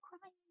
crying